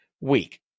week